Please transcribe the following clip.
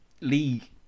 league